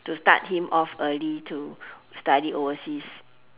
to start him off early to study overseas